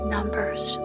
Numbers